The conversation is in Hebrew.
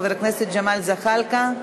חבר הכנסת ג'מאל זחאלקה,